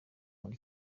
muri